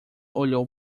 olho